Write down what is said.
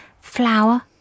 flour